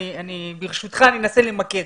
ברשותך, אני אנסה למקד.